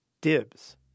dibs